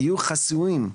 יהיו חסויים.